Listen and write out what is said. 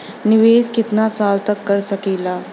निवेश कितना साल तक कर सकीला?